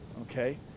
okay